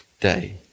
day